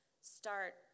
start